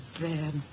bad